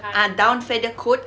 ah down feather coat